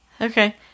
Okay